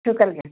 ਸ਼ੁਕਰੀਆ